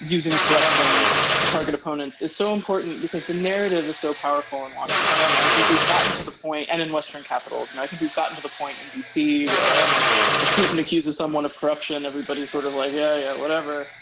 using corruption to target opponents is so important because the narrative is so powerful in washington. and i think we've gotten to the point and in western capitals and i think we've gotten to the point in d c. where if putin accuses someone of corruption everybody is sort of like yeah whatever.